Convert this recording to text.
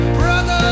brother